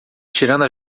tirando